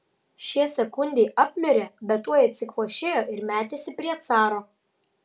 šie sekundei apmirė bet tuoj atsikvošėjo ir metėsi prie caro